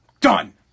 Done